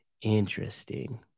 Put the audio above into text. Interesting